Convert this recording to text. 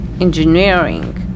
engineering